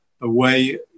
away